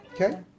Okay